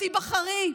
את תיבחרי.